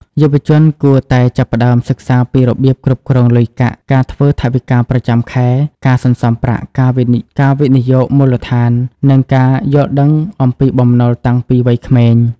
យុវជនគួរតែចាប់ផ្ដើមសិក្សាពីរបៀបគ្រប់គ្រងលុយកាក់ ការធ្វើថវិកាប្រចាំខែ ការសន្សំប្រាក់ ការវិនិយោគមូលដ្ឋាន និងការយល់ដឹងអំពីបំណុលតាំងពីវ័យក្មេង។